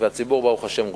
והציבור ברוך השם גדל,